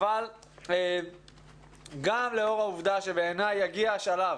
אבל גם לאור העובדה שבעיניי יגיע השלב